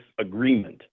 agreement